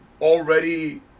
already